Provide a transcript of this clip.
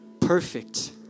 perfect